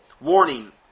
Warning